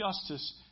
justice